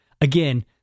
Again